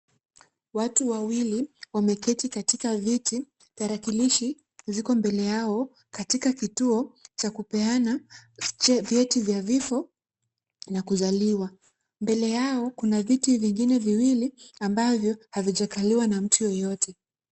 Watu wawili wameketi katika viti, tarakilishi ziko mbele yao katika kituo cha kupeana vyeti vya vifo na kuzaliwa. Mbele yao kuna viti vingine viwili ambavyo havijakaliwa na mtu yeyote.